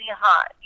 hot